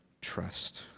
trust